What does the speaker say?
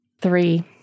Three